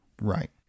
Right